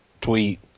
tweet